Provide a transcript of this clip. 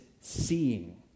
seeing